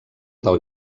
del